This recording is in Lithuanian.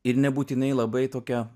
ir nebūtinai labai tokia